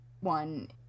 one